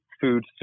food